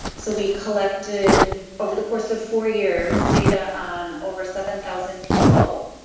so we collected over the course of four years data on over seven thousand people,